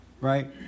right